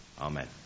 amen